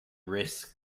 risks